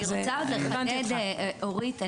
אורית,